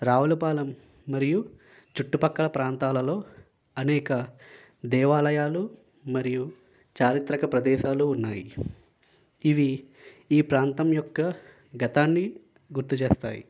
రావులపాలెం మరియు చుట్టుపక్కల ప్రాంతాలలో అనేక దేవాలయాలు మరియు చారిత్రక ప్రదేశాలు ఉన్నాయి ఇవి ఈ ప్రాంతం యొక్క గతాన్ని గుర్తు చేస్తాయి